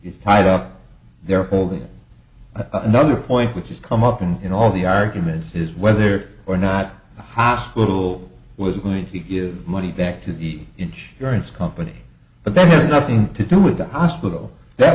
is tied up there all the another point which is come up in in all the arguments is whether or not the hospital was going to give money back to the insurance company but that's nothing to do with the hospital that